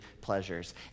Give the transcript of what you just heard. pleasures